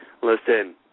Listen